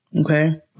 Okay